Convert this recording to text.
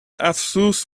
افسوس